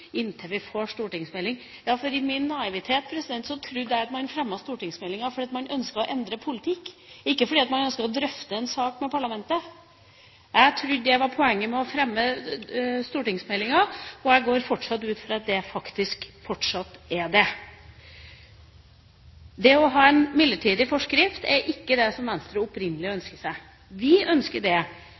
inntil vi får stortingsmeldinga. I min naivitet trodde jeg at man fremmet stortingsmeldinger fordi man ønsket å endre politikk, ikke fordi man ønsket å drøfte en sak med parlamentet. Jeg trodde det var poenget med å fremme stortingsmeldinger, og jeg går fortsatt ut fra at det faktisk fortsatt er slik. Det å ha en midlertidig forskrift er ikke det Venstre opprinnelig ønsket seg. Vi ønsker at det